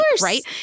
right